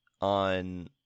on